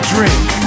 drink